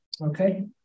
Okay